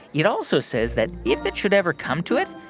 it also says that if it should ever come to it,